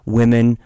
women